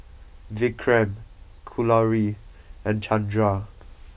Vikram Kalluri and Chandra